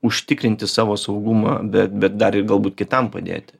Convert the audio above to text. užtikrinti savo saugumą bet bet dar ir galbūt kitam padėti